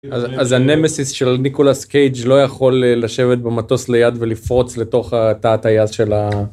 אז הנמסיס של ניקולס קייג' לא יכול לשבת במטוס ליד ולפרוץ לתוך תא הטייס של ה...